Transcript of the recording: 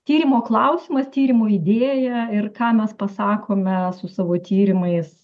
tyrimo klausimas tyrimo idėja ir ką mes pasakome su savo tyrimais